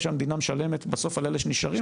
שהמדינה משלמת בסוף על אלה שנשארים